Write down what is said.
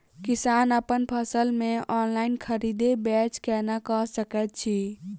किसान अप्पन फसल केँ ऑनलाइन खरीदै बेच केना कऽ सकैत अछि?